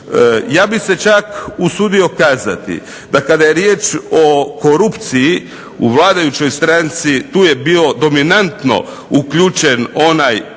Ja bih se čak usudio kazati da kada je riječ o korupciji u vladajućoj stranci tu je bio dominantno uključen onaj